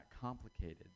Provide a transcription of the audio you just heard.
complicated